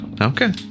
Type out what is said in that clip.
Okay